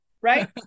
Right